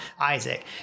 Isaac